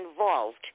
involved